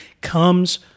comes